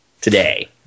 today